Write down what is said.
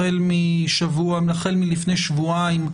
החל מלפני שבועיים,